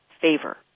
favor